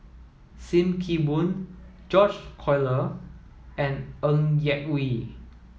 Sim Kee Boon George Collyer and Ng Yak Whee